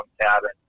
cabin